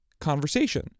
conversation